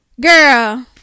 Girl